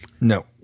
No